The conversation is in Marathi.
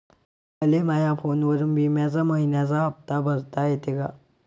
मले माया फोनवरून बिम्याचा मइन्याचा हप्ता भरता येते का?